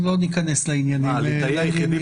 לא ניכנס לזה.